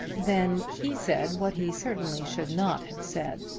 then he said what he certainly should not have said.